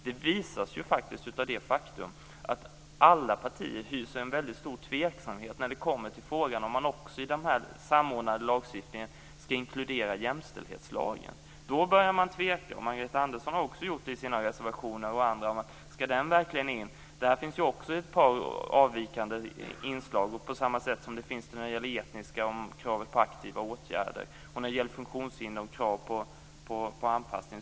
Det visas ju faktiskt av det faktum att alla partier hyser en väldigt stor tveksamhet när vi kommer till frågan om man också i den här samordnade lagstiftningen skall inkludera jämställdhetslagen. Då börjar man tveka, och Margareta Andersson och andra har också gjort det i sina reservationer. Skall den verkligen in här? Där finns ju också ett par avvikande inslag på samma sätt som det finns det när det gäller det etniska och kravet på aktiva åtgärder och när det gäller funktionshindrade och krav på anpassning.